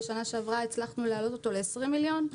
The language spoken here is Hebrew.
בשנה שעברה הצלחנו להעלות אותו ל-20 מיליון,